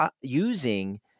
using